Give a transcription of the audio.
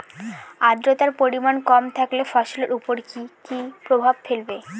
আদ্রর্তার পরিমান কম থাকলে ফসলের উপর কি কি প্রভাব ফেলবে?